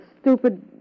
stupid